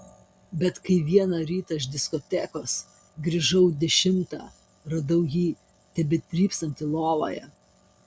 bet kai vieną rytą iš diskotekos grįžau dešimtą radau jį tebedrybsantį lovoje